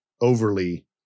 overly